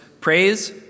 praise